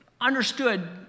understood